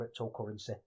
cryptocurrency